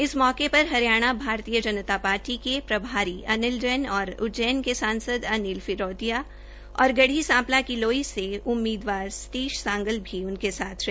इस मौकेपर हरियाणा भाजपा के प्रभारी अनिल जैन और उज्जैन के सांसद अनिल फिरोदिया और गढ़ी सांपला किलोई से उम्मीदवार संतोष नांदल भी उनके साथ रहे